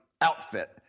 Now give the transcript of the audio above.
outfit